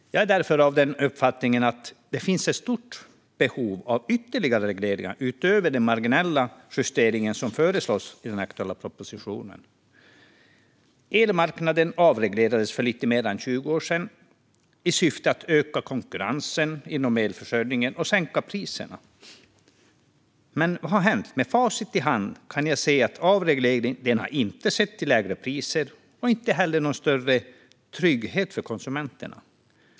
Jag är därför av uppfattningen att det finns ett stort behov av ytterligare regleringar utöver den marginella justering som föreslås i den aktuella propositionen. Elmarknaden avreglerades för lite mer än 20 år sedan i syfte att öka konkurrensen inom elförsörjningen och sänka priserna. Men vad har hänt? Med facit i hand kan jag se att avregleringen inte lett till lägre priser och inte heller till någon större trygghet för konsumenterna.